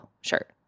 shirt